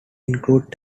include